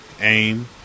AIM